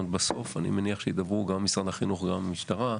אני מניח שידברו פה גם משרד החינוך וגם המשטרה,